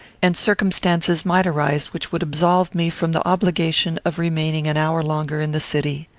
and circumstances might arise which would absolve me from the obligation of remaining an hour longer in the city.